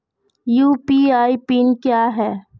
UPI PIN क्या है?